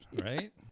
right